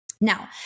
Now